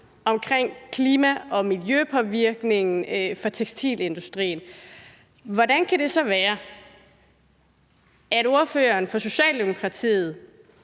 for klima- og miljøpåvirkningen fra tekstilindustrien, hvordan kan det så være, at ordføreren for Socialdemokratiet